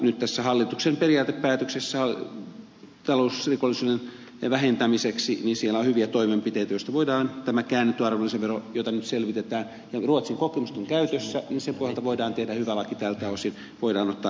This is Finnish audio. nyt tässä hallituksen periaatepäätöksessä talousrikollisuuden vähentämiseksi on hyviä toimenpiteitä kuten tämä käännetty arvonlisävero jota nyt selvitetään ja kun ruotsin kokemukset ovat käytössä sen pohjalta voidaan tältä osin tehdä hyvä laki voidaan ottaa käyttöön